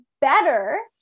better